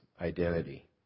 Identity